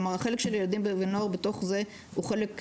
כלומר, החלק של ילדים ונוער בתוך זה הוא חלק זעום.